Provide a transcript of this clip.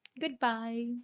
Goodbye